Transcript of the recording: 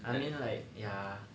I mean like ya